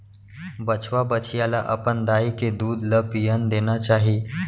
बछवा, बछिया ल अपन दाई के दूद ल पियन देना चाही